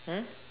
mm